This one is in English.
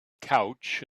couch